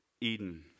Eden